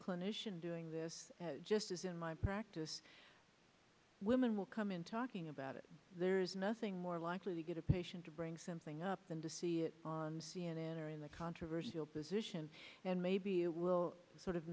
clinician doing this just as in my practice women will come in talking about it there is nothing more likely to get a patient to bring something up than to see it on c n n or in the controversial position and maybe you will sort of